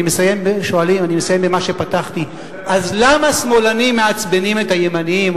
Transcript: אני מסיים במה שפתחתי אז למה שמאלנים מעצבנים את הימנים,